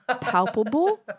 palpable